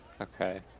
okay